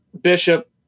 Bishop